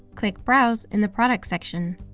click browse in the products section.